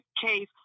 case